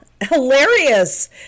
hilarious